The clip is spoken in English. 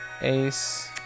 ace